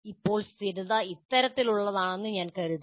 ഇപ്പോൾ സ്ഥിരത ഇത്തരത്തിലുള്ളതാണെന്ന് ഞാൻ കരുതുന്നു